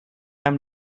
einem